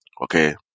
okay